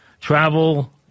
travel